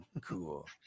Cool